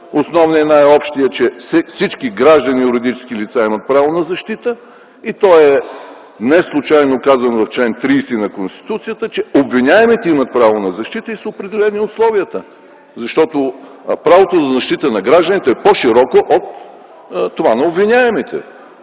основният и най-общият, че всички граждани и юридически лица имат право на защита. И не случайно в чл. 30 на Конституцията е казано, че обвиняемите имат право на защита и са определени условията. Защото правото на защита на гражданите е по-широко от това на обвиняемите.